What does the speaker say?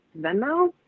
Venmo